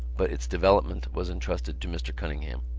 but its development was entrusted to mr. cunningham.